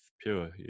pure